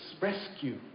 rescue